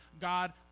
God